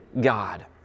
God